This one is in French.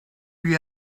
lui